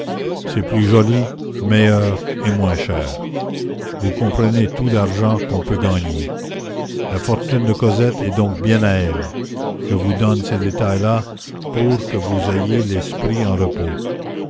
c'est plus joli meilleur et moins cher vous comprenez tout l'argent qu'on peut gagner la fortune de cosette est donc bien à elle je vous donne ces détails là pour que vous ayez l'esprit en repos